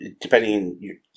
depending